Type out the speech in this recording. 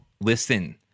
listen